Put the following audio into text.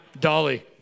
Dolly